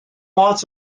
lots